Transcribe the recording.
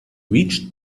reached